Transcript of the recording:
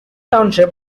township